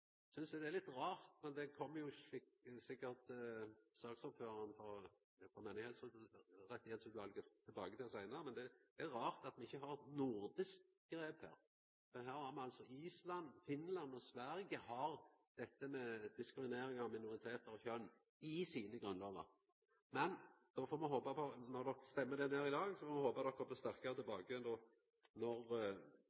synest eg det er litt rart – det kjem sikkert saksordføraren frå Menneskerettsutvalet tilbake til seinare – at me ikkje har eit nordisk grep her. Island, Finland og Sverige har med diskriminering av minoritetar og kjønn i sine grunnlover. Men då får me, når det blir stemt ned i dag, håpa på at ein kjem sterkare